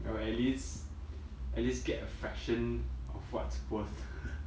I will at least at least get a fraction of what's worth